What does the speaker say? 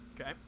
Okay